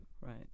Right